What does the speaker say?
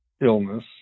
illness